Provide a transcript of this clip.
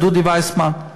דודי ויסמן.